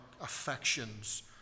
affections